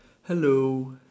hello